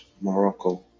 Morocco